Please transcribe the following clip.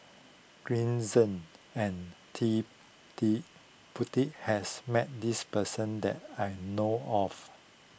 Green Zeng and Ted De Ponti has met this person that I know of